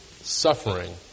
suffering